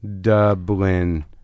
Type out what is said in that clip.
Dublin